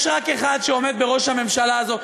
יש רק אחד שעומד בראש הממשלה הזאת,